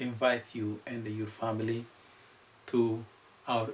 invites you and your family to